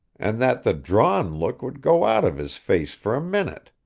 and that the drawn look would go out of his face for a minute.